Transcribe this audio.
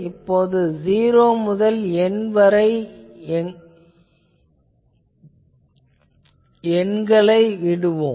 இப்போது '0' முதல் N வரை எண்களை இடுவோம்